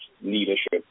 leadership